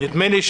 נדמה לי,